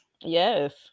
Yes